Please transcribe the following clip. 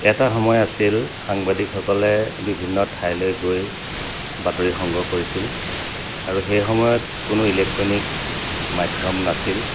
এটা সময় আছিল সাংবাদিকসকলে বিভিন্ন ঠাইলৈ গৈ বাতৰি সংগ্ৰহ কৰিছিল আৰু সেই সময়ত কোনো ইলেক্ট্ৰনিক মাধ্যম নাছিল